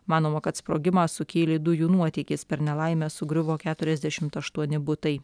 manoma kad sprogimą sukėlė dujų nuotėkis per nelaimę sugriuvo keturiasdešimt aštuoni butai